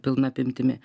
pilna apimtimi